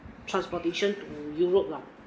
transportation to europe lah